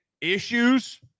issues